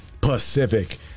Pacific